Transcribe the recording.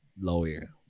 lawyer